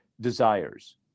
desires